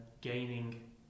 gaining